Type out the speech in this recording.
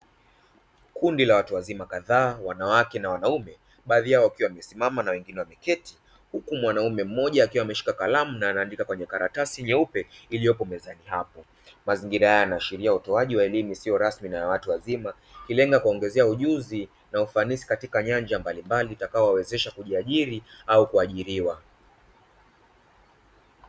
Kundi la watu wazima kadhaa, wanawake na wanaume, baadhi yao wakiwa wamesimama na wengine wameketi, huku mwanaume mmoja akiwa ameshika kalamu na anaandika kwenye karatasi nyeupe iliyopo mezani hapo. Mazingira haya yanaashiria utoaji wa elimu isiyo rasmi ya watu wazima, ikilenga kuongeza ujuzi na ufanisi katika nyanja mbalimbali zitakazowawezesha kujiajiri au kuajiriwa.